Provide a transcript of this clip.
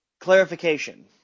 Clarification